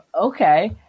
okay